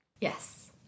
Yes